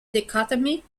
dichotomy